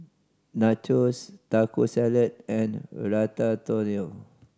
Nachos Taco Salad and Ratatouille